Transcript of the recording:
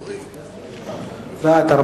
התש"ע 2010, נתקבל.